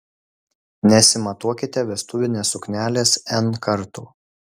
nesimatuokite vestuvinės suknelės n kartų